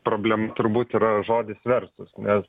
problem turbūt yra žodis versus nes